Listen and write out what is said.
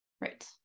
Right